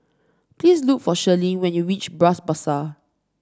please look for Sherlyn when you reach Bras Basah